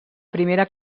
primera